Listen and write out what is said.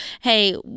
hey